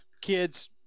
Kids